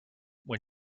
when